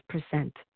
percent